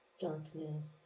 darkness